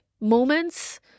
moments